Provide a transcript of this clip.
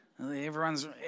Everyone's